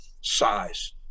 size